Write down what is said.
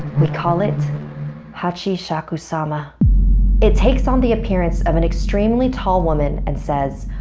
we call it hachishakusama. it takes on the appearance of an extremely tall woman and says,